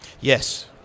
Yes